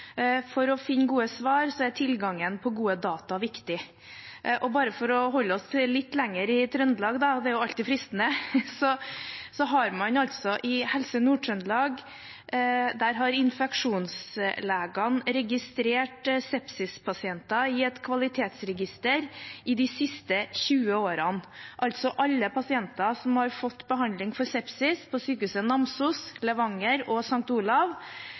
For å finne gode svar er tilgangen på gode data viktig. Og bare for å holde oss litt lenger i Trøndelag, det er jo alltid fristende: I Helse Nord-Trøndelag har infeksjonslegene registrert sepsispasienter i et kvalitetsregister de siste 20 årene. Alle pasienter som har fått behandling for sepsis på Sykehuset Namsos, Sykehuset Levanger og